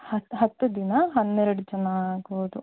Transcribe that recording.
ಹತ್ತು ಹತ್ತು ದಿನ ಹನ್ನೆರಡು ಜನ ಆಗ್ಬೋದು